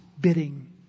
bidding